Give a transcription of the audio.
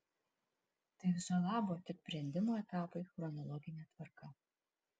tai viso labo tik brendimo etapai chronologine tvarka